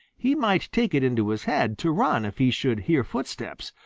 he might take it into his head to run if he should hear footsteps,